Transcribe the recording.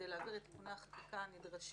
כדי להעביר את תיקוני החקיקה הנדרשים,